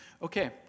Okay